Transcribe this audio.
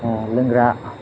लोंग्रा